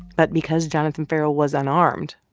but because jonathan ferrell was unarmed,